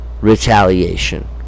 retaliation